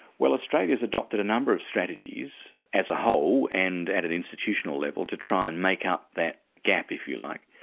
well australia's adopted a number of strategies, as a whole, and at an institutional level, to try and make up that gap, if you like.